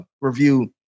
review